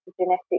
genetic